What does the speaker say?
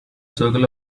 circle